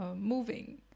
moving